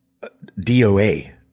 DOA